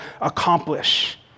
accomplish